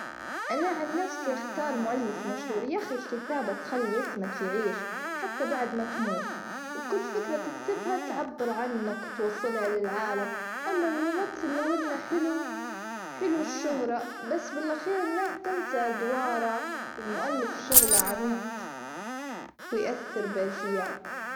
أنا عن نفسي أختار مؤلف مشهور يا أخي الكتابة تخلي أسمك يعيش حتى بعد ما تموت، وكل فكرة تكتبها تعبر عنك، وتوصلها للعالم أما الممثل لو أنه حلو حلو الشهرة بس باللخير ناس تنسى أدواره، المؤلف شغله عميق ويأثر بأجيال.